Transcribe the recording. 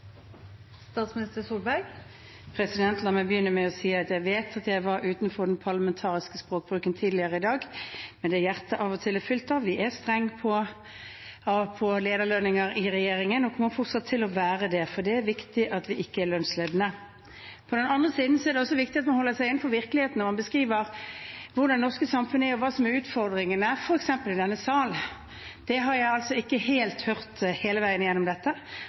La meg begynne med å si at jeg vet at jeg var utenfor den parlamentariske språkbruken tidligere i dag – med det hjertet av og til er fylt av. Vi er strenge på lederlønninger i regjeringen og kommer fortsatt til å være det, for det er viktig at vi ikke er lønnsledende. På den andre siden er det også viktig at man holder seg innenfor virkeligheten når man, f.eks. i denne sal, beskriver hvordan det norske samfunnet er, og hva som er utfordringene. Det har jeg ikke helt hørt hele veien gjennom dette.